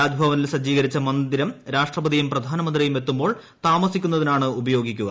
രാജ് ഭവനിൽ സജ്ജീകരിച്ച മന്ദിരം രാഷ്ട്രപതിയും പ്രധാനമന്ത്രിയും എത്തുമ്പോൾ താമസിക്കുന്നതിനാണ് ഉപയോഗിക്കുക